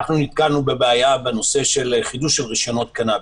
אנו נתקלנו בבעיה בחידוש רשיונות הקנאביס.